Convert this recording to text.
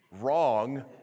wrong